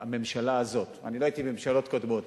הממשלה הזאת, אני לא הייתי בממשלות קודמות,